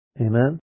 Amen